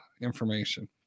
information